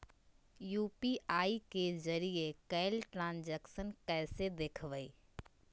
UPI के जरिए कैल ट्रांजेक्शन कैसे देखबै?